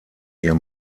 ihr